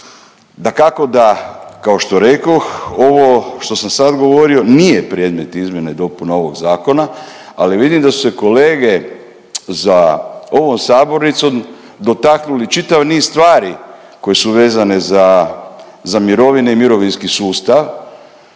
Dakako da kao što rekoh ovo što sam sad govorio nije predmet izmjene i dopuna ovog zakona ali vidim da su se kolege za ovom sabornicom dotaknuli čitav niz stvari koje su vezane za, za mirovine i mirovinski sustav,